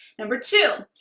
number two,